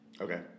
okay